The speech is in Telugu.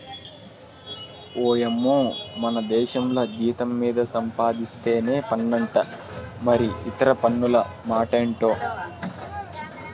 ఓయమ్మో మనదేశంల జీతం మీద సంపాధిస్తేనే పన్నంట మరి ఇతర పన్నుల మాటెంటో